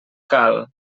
cal